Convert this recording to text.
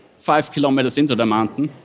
five kilometres into the mountain,